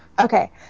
Okay